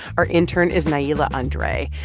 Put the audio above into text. our intern is nailah andre.